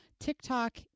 tiktok